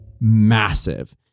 massive